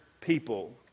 people